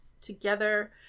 together